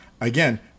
Again